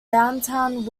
downtown